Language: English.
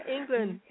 England